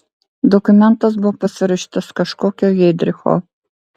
dokumentas buvo pasirašytas kažkokio heidricho